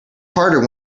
harder